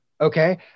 okay